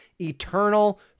eternal